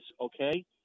okay